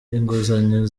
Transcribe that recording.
inguzanyo